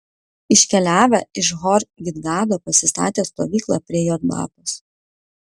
iškeliavę iš hor gidgado pasistatė stovyklą prie jotbatos